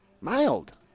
Mild